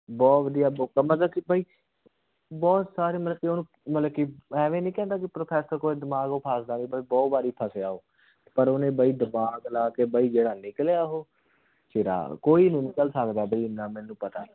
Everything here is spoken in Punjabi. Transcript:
ਬਹੁਤ ਵਧੀਆ ਬੁੱਕ ਆ ਮਤਲਬ ਕਿ ਬਈ ਬਹੁਤ ਸਾਰੇ ਮਤਲਬ ਕਿ ਉਹਨੂੰ ਮਤਲਬ ਕਿ ਐਵੇਂ ਨਹੀਂ ਕਹਿੰਦਾ ਕਿ ਪ੍ਰਫੈਸਰ ਕੋਲ ਦਿਮਾਗ ਉਹ ਫਸਦਾ ਨਹੀਂ ਪਰ ਬਹੁਤ ਵਾਰੀ ਫਸਿਆ ਉਹ ਪਰ ਉਹਨੇ ਬਈ ਦਿਮਾਗ ਲਾ ਕੇ ਬਈ ਜਿਹੜਾ ਨਿਕਲਿਆ ਉਹ ਸਿਰਾ ਕੋਈ ਨਹੀਂ ਨਿਕਲ ਸਕਦਾ ਬਈ ਇੰਨਾ ਮੈਨੂੰ ਪਤਾ